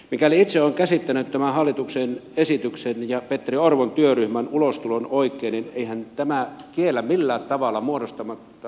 mikäli itse olen käsittänyt tämän hallituksen esityksen ja petteri orpon työryhmän ulostulon oikein niin eihän tämä kiellä millään tavalla muodostamasta laajempiakin sote alueita